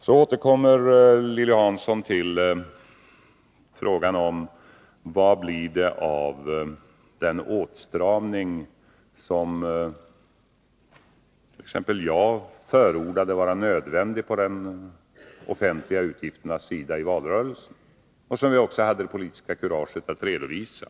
Torsdagen den Lilly Hansson återkommer till frågan vad det blir av den åtstramning som 11 november 1982 t.ex. jag förordade i valrörelsen som nödvändig för de offentliga utgifterna, och som vi också hade det politiska kuraget att redovisa.